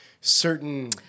certain